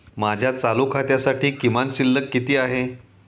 माझ्या चालू खात्यासाठी किमान शिल्लक किती आहे?